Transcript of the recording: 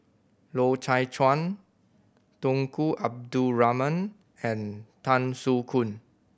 Loy Chye Chuan Tunku Abdul Rahman and Tan Soo Khoon